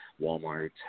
Walmart